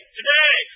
today